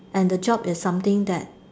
and the job is something that